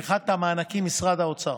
והאחר, את המענקים, משרד האוצר,